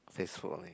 FaceBook only